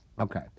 Okay